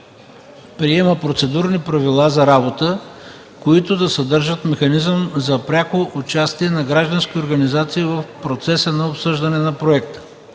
приема процедурни правила за работа, които да съдържат механизъм за пряко участие на граждански организации в процеса на обсъждане на проекта.